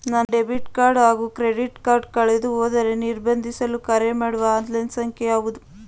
ನನ್ನ ಡೆಬಿಟ್ ಹಾಗೂ credit card ಕಳೆದುಹೋದರೆ ನಿರ್ಬಂಧಿಸಲು ಕರೆಮಾಡುವ ಆನ್ಲೈನ್ ಸಂಖ್ಯೆಯಾವುದು?